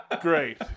Great